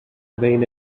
بین